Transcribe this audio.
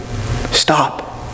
stop